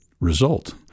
result